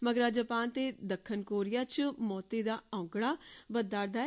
मगरा जापान ते दक्खन कोरिया च मौती दा औंकड़ा बधा'रदा ऐ